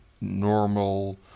normal